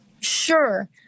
Sure